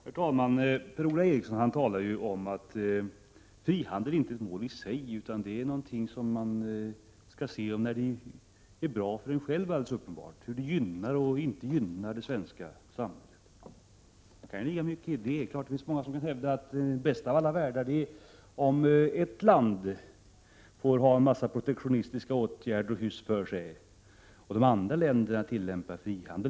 Herr talman! Per-Ola Eriksson talar om att frihandeln inte är ett mål i sig, utan man skall se till när den är bra för en själv, hur den gynnar eller inte gynnar det svenska samhället. Det kan ligga mycket i det. Det finns naturligtvis många som kan hävda att vi får den bästa av alla världar om ett land får ha protektionistiska åtgärder och hyss för sig och de andra länderna tillämpar frihandel.